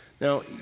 Now